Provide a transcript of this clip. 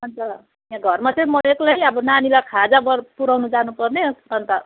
अन्त यहाँ घरमा चाहिँ म एक्लै अब नानीलाई खाजा बरू पुऱ्याउनु जानुपर्ने अन्त